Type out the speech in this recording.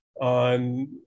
on